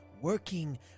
working